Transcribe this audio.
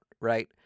right